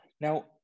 Now